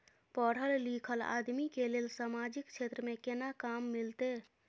पढल लीखल आदमी के लेल सामाजिक क्षेत्र में केना काम मिलते?